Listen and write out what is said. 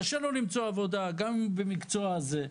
קשה לו למצוא עבודה גם במקצוע הזה.